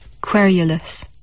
Querulous